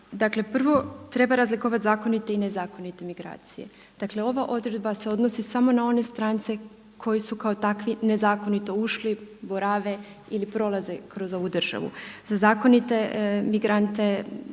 Dakle, prvo treba razlikovati zakonite i nezakonite migracije. Dakle ova odredba se odnosi samo na one strance koji su kao takvi nezakonito ušli, borave ili prolaze kroz ovu državu. Za zakonite migrante